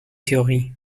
theorie